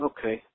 Okay